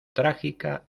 trágica